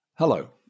Hello